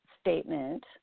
statement